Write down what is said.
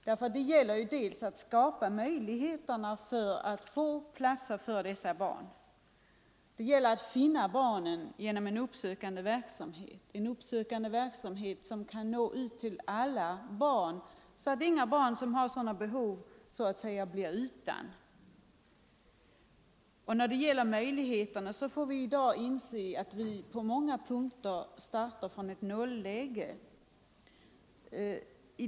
Det gäller ju att skapa möjligheter att ge platser åt dessa barn, det gäller att finna barnen genom en uppsökande verksamhet som kan nå ut till alla, så att inget barn som har sådana behov blir utan förskoleplats. Vi måste inse att vi på många punkter startar från ett nolläge.